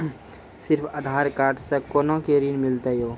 सिर्फ आधार कार्ड से कोना के ऋण मिलते यो?